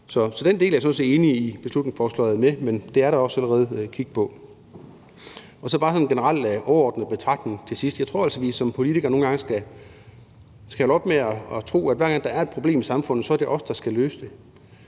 er jeg sådan set enig i. Men det er der også allerede kig på. Så har jeg bare sådan en generel, overordnet betragtning til sidst. Jeg tror altså, vi som politikere nogle gange skal holde op med at tro, at hver gang der er et problem i samfundet, er det os, der skal løse det.